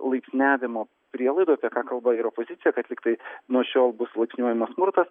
laipsniavimo prielaidų apie ką kalba ir opozicija kad lygtai nuo šiol bus laipsniuojamas smurtas